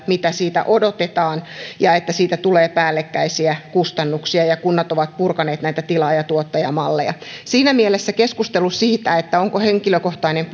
mitä siitä odotetaan ja että siitä tulee päällekkäisiä kustannuksia ja kunnat ovat purkaneet näitä tilaaja tuottaja malleja siinä mielessä kun keskustellaan siitä onko henkilökohtainen